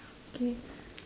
okay